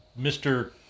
Mr